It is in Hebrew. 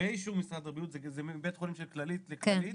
באישור משרד הבריאות, מבית חולים כללית לכללית.